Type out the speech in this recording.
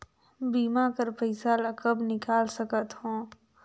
बीमा कर पइसा ला कब निकाल सकत हो?